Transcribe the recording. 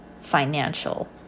financial